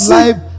life